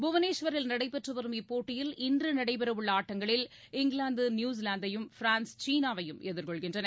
புவனேஸ்வரில் நடைபெற்று வரும் இப்போட்டியில் இன்று நடைபெறவுள்ள ஆட்டங்களில் இங்கிலாந்து நியுசிலாந்தையும் பிரான்ஸ் சீனாவையும் எதிர்கொள்கின்றன